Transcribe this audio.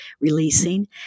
releasing